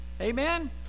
Amen